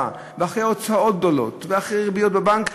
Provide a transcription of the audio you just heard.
ואחרי הוצאות גדולות ואחרי ריביות בבנק,